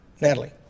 Natalie